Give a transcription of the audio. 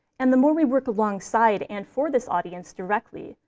and the more we work alongside and for this audience directly,